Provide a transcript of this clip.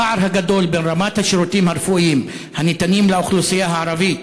הפער הגדול בבין רמת השירותים הרפואיים הניתנים לאוכלוסייה הערבית,